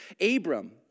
Abram